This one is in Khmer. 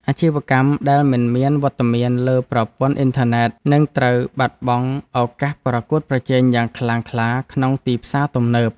អាជីវកម្មដែលមិនមានវត្តមានលើប្រព័ន្ធអ៊ីនធឺណិតនឹងត្រូវបាត់បង់ឱកាសប្រកួតប្រជែងយ៉ាងខ្លាំងក្លាក្នុងទីផ្សារទំនើប។